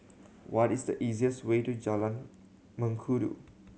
what is the easiest way to Jalan Mengkudu